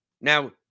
Now